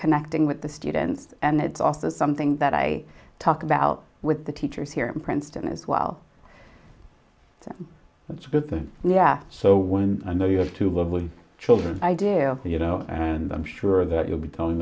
connecting with the students and it's also something that i talk about with the teachers here in princeton as well so that's good to yeah so when i know you have to work with children i do you know and i'm sure that you'll be telling